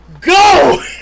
go